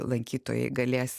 lankytojai galės